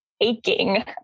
aching